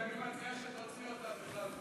אני מציע שתוציאו אותה בכלל.